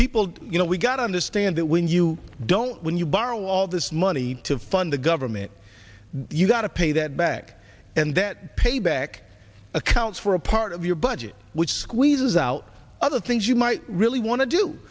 people you know we've got understand that when you don't when you borrow all this money to fund the government you've got to pay that back and that payback accounts for a part of your budget which squeezes out other things you might really want to do